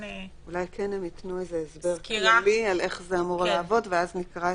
אולי כן הם ייתנו הסבר כללי על איך זה אמור לעבוד ואז נקרא.